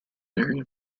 area